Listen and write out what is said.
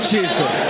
Jesus